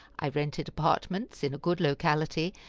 i rented apartments in a good locality,